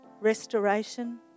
restoration